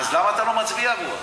אז למה אתה לא מצביע עבורה?